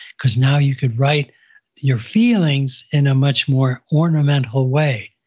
because now you could write your feelings in a much more ornamental way.